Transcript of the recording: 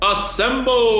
Assemble